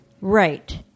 Right